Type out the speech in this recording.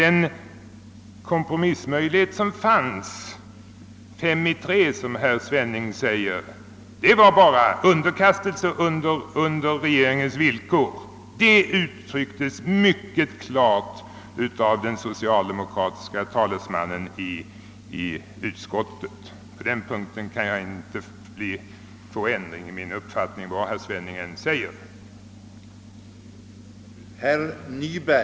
Den :»kompromissmöjlighet» som fanns klockan fem i tre, som herr Svenning uttryckte det, innebar underkastelse under regeringens villkor. Detta uttrycktes mycket klart av den socialdemokratiske talesmannen i utskottet, och på den punkten kan inte min upp fattning ändras, vad herr Svenning än säger.